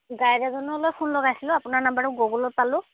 guide এজনলৈ phone লগাইছিলো আপোনাৰ নাম্বাৰটো গগুলত পালোঁ